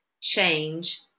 change